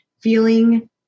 feeling